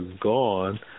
gone